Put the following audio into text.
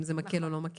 אם זה מקל או לא.